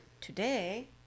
Today